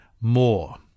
more